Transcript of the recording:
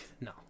No